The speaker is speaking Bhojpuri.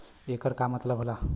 येकर का मतलब होला?